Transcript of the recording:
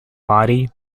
body